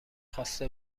خواسته